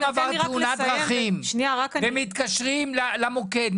אדם עבר תאונת דרכים ומתקשרים למוקד,